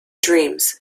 dreams